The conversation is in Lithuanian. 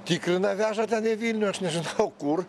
tikrina veža ten į vilnių aš nežinau kur